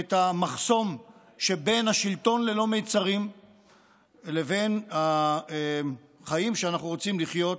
את המחסום שבין שלטון ללא מצרים לבין החיים שאנחנו רוצים לחיות,